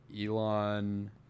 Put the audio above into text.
Elon